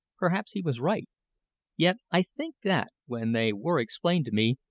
perhaps he was right yet i think that, when they were explained to me,